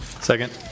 Second